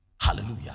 Hallelujah